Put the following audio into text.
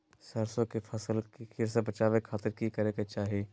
सरसों की फसल के कीट से बचावे खातिर की करे के चाही?